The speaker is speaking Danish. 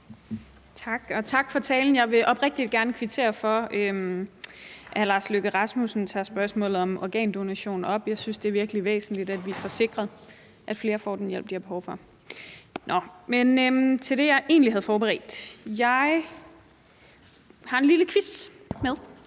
tak for talen. Jeg vil oprigtig gerne kvittere for, at hr. Lars Løkke Rasmussen tager spørgsmålet om organdonation op. Jeg synes, det er virkelig væsentligt, at vi får sikret, at flere får den hjælp, de har behov for. Men lad os gå til det, jeg egentlig havde forberedt: Jeg har en lille quiz med.